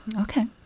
Okay